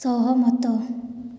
ସହମତ